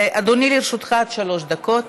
אדוני, לרשותך עד חמש דקות.